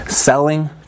Selling